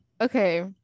okay